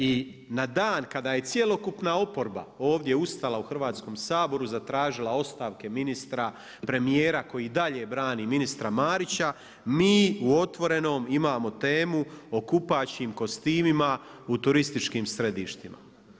I na dan kada je cjelokupna oporba ovdje ustala u Hrvatskom saboru, zatražila ostavke ministra, premijera koji i dalje brani ministra Marića, mi u Otvorenom imamo o kupaćim kostimima u turistički središtima.